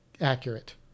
accurate